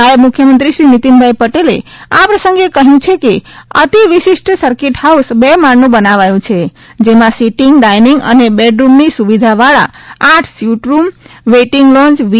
નાયબ મુખ્યમંત્રીશ્રી નીતીનભાઇ પટેલે આ પ્રસંગે કહ્યું છે કે અતિ વિશિષ્ટ સરકીટ હાઉસ બે માળનું બનાવાયુ છે જેમાં સીટીંગ ડાઇનીંગ અને બેડ રૂમની સુવિધાવાળા આઠ સ્યુટ રૂમ વેઇટીંગ લોંજ વી